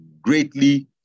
greatly